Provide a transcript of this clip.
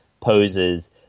poses